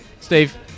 Steve